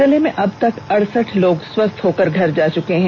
जिले में अब तक अड़सठ लोग स्वस्थ होकर घर जा चुके हैं